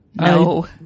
No